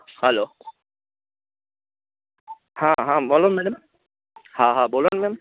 હાલો હા હા બોલો મેડમ હા હા બોલોને મેમ